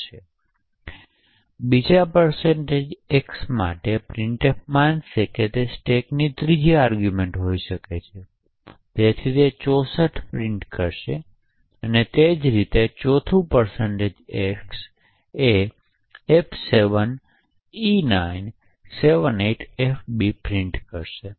હશે બીજા x માટે printf માનશે કે તે સ્ટેકની ત્રીજા આરગ્યૂમેંટ હોઈ શકે છે અને તેથી 64 પ્રિન્ટ કરશે તે જ રીતે ચોથી X આ f7e978fb પ્રિન્ટ કરશે